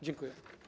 Dziękuję.